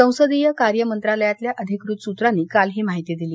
संसदीय कार्य मंत्रालयातल्या अधिकृत सूत्रांनी काल ही माहिती दिली